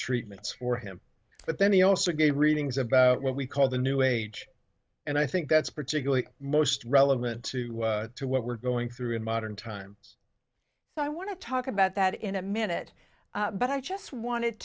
treatments for him but then he also gave readings about what we called the new age and i think that's particularly most relevant to what we're going through in modern times so i want to talk about that in a minute but i just wanted